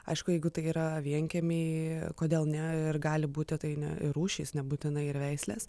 aišku jeigu tai yra vienkiemy kodėl ne ir gali būti tai ne ir rūšys nebūtinai ir veislės